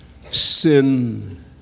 sin